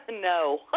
No